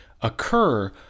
occur